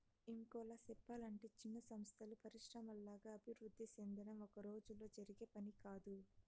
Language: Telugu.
ఇంకోలా సెప్పలంటే చిన్న సంస్థలు పరిశ్రమల్లాగా అభివృద్ధి సెందడం ఒక్కరోజులో జరిగే పని కాదు